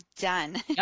done